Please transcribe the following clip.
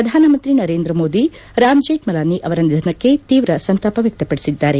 ಪ್ರಧಾನಮಂತ್ರಿ ನರೇಂದ್ರ ಮೋದಿ ರಾಮ್ ಜೇಕ್ಮಲಾನಿ ಅವರ ನಿಧನಕ್ಕೆ ತೀವ್ರ ಸಂತಾಪ ವ್ಹಕ್ತಪಡಿಸಿದ್ದಾರೆ